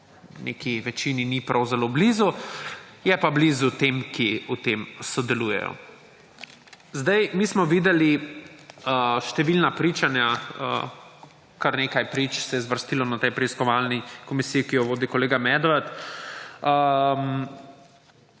neki večini ni prav zelo blizu; je pa blizu tem, ki v tem sodelujejo. Mi smo videli številna pričanja, kar nekaj prič se je zvrstilo na tej preiskovalni komisiji, ki jo vodi kolega Medved.